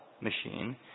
machine